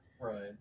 Right